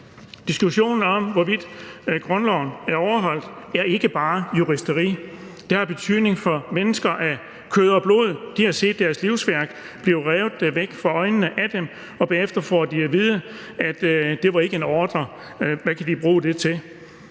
Diskussionen om, hvorvidt grundloven er overholdt, er ikke bare juristeri. Det har betydning for mennesker af kød og blod. De har set deres livsværk blive revet væk for øjnene af dem. Og bagefter får de at vide, at det ikke var en ordre, men hvad kan de bruge det til?